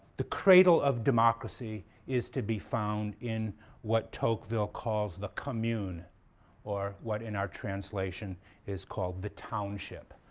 the cradle of democracy is to be found in what tocqueville calls the commune or what in our translation is called the township,